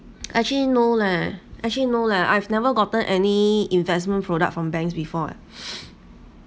actually no leh actually no lah I've never gotten any investment product from banks before ah